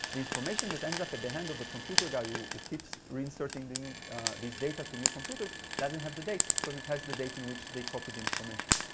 the information that ends up at the hand of the computer guy who keeps re-inserting in these data to new computers doesn't have the date, because it has the date in which they copied the information.